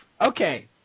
Okay